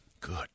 good